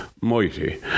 mighty